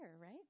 right